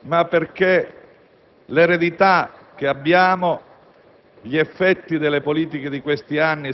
ma perché l'eredità e gli